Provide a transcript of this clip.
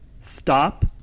Stop